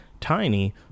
Tiny